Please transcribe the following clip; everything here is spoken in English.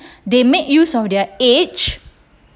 they make use of their age